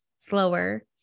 slower